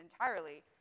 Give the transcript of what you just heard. entirely